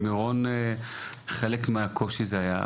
חלק מהקושי במירון היה